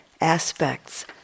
aspects